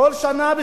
כל שנה,